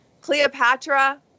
Cleopatra